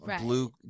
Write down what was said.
blue